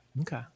Okay